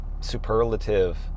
superlative